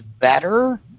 better